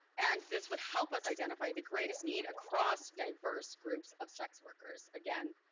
and this would help us identify the greatest need across diverse groups of sex workers. again,